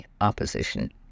opposition